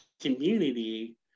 community